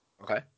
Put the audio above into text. Okay